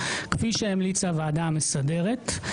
כפי שהמליצה הוועדה המסדרת,